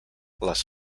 les